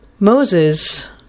Moses